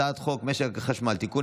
הצעת חוק משק החשמל (תיקון,